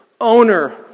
Owner